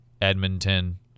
Edmonton